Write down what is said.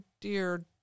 dear